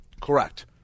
Correct